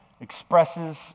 expresses